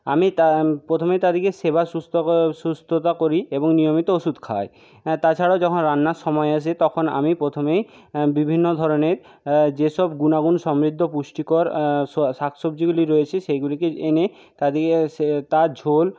আমি তা প্রথমে তাদেরকে সেবা সুস্থতা করি এবং নিয়মিত ওষুধ খাওয়াই হ্যাঁ তাছাড়াও যখন রান্নার সময় আসে তখন আমি প্রথমে বিভিন্ন ধরনের যে সব গুণাগুণ সমৃদ্ধ পুষ্টিকর শাকসবজিগুলি রয়েছে সেইগুলিকে এনে তাদিগে তার ঝোল